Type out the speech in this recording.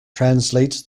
translates